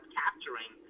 capturing